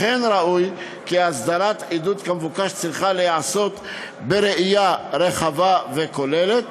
לכן ראוי כי הסדרת עידוד כמבוקש צריכה להיעשות בראייה רחבה וכוללת